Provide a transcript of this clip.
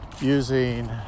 using